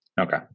Okay